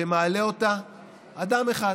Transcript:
ומעלה אותה אדם אחד,